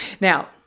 Now